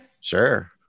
sure